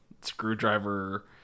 Screwdriver